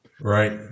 Right